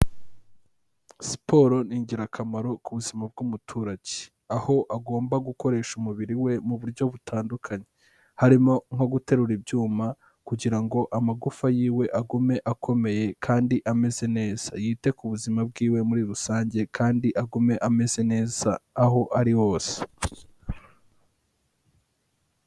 Siporo ni ingirakamaro ku buzima bw'umuturage, aho agomba gukoresha umubiri we mu buryo butandukanye, harimo nko guterura ibyuma kugira ngo amagufa yiwe agume akomeye kandi ameze neza, yite ku buzima bwiwe muri rusange kandi agume ameze neza aho ari hose.